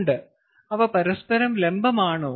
ഉണ്ട് അവ പരസ്പരം ലംബമാണോ